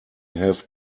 have